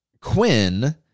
Quinn